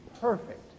perfect